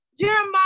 Jeremiah